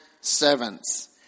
servants